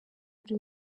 buri